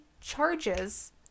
charges